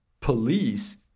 police